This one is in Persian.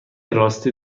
راسته